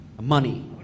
money